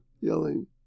yelling